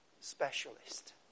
specialist